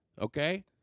okay